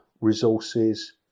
resources